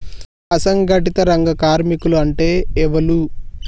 అసంఘటిత రంగ కార్మికులు అంటే ఎవలూ?